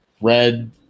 Red